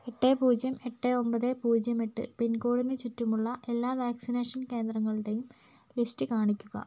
എട്ട് പൂജ്യം എട്ട് ഒൻപത് പൂജ്യം എട്ട് പിൻകോഡിന് ചുറ്റുമുള്ള എല്ലാ വാക്സിനേഷൻ കേന്ദ്രങ്ങളുടെയും ലിസ്റ്റ് കാണിക്കുക